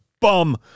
bum